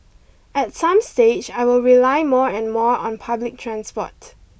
at some stage I will rely more and more on public transport